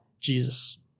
Jesus